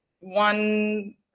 one